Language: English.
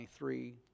23